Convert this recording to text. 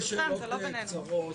שתי שאלות קצרות,